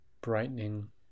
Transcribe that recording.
brightening